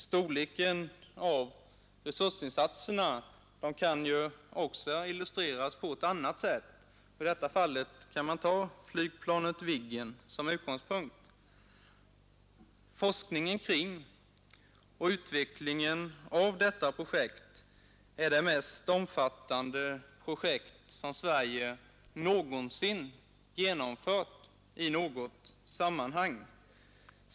Storleken av resursinsatserna kan också illustreras på ett annat sätt. I detta fall kan man ta flygplanet Viggen som utgångspunkt. Forskningen kring och utvecklingen av detta vapensystem är det mest omfattande projekt som Sverige någonsin genomfört i något sammanhang.